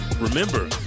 Remember